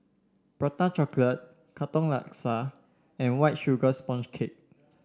Prata Katong Laksa and White Sugar Sponge Cake